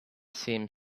seemed